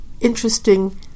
interesting